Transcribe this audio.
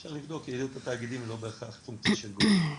אפשר לבדוק יעילות התאגידים היא לא בהכרח פונקציה של גודל.